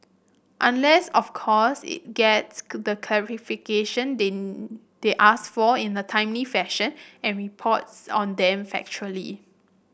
unless of course it gets the they ask for in a timely fashion and reports on them factually